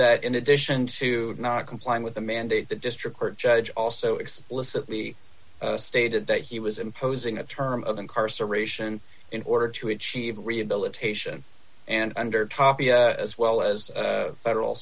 that in addition to not complying with the mandate the district court judge also explicitly stated that he was imposing a term of incarceration in order to achieve rehabilitation and under tapia as well as federal